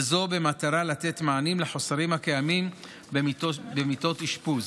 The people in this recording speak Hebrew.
וזאת במטרה לתת מענים לחוסרים הקיימים במיטות אשפוז.